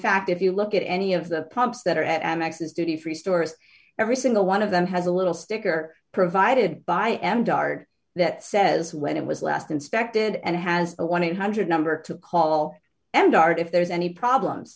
fact if you look at any of the pumps that are at amex is duty free stores every single one of them has a little sticker provided by m guard that says when it was last inspected and has a one thousand eight hundred number to call and art if there's any problems